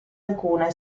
alcune